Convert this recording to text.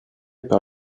par